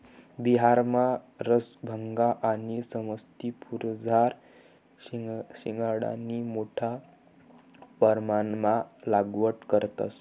बिहारमा रसभंगा आणि समस्तीपुरमझार शिंघाडानी मोठा परमाणमा लागवड करतंस